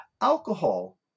Alcohol